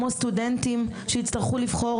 כמו סטודנטים שיצטרכו לבחור,